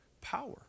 power